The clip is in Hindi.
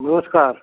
नमस्कार